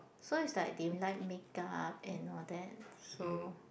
so is like they like make up and all that so